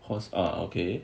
was ah okay